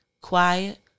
quiet